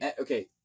Okay